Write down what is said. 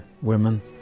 women